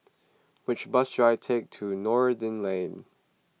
which bus should I take to Noordin Lane